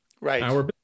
right